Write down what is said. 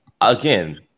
again